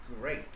great